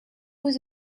was